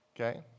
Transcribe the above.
Okay